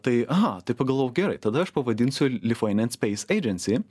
tai aha tai pagalvojau gerai tada aš pavadinsiu lithuanian space agency